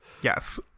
yes